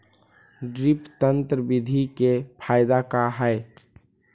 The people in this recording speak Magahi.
ड्रिप तन्त्र बिधि के फायदा का है?